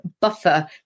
buffer